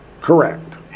Correct